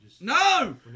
No